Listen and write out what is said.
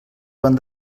joan